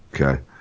Okay